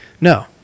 No